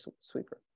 Sweeper